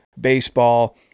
baseball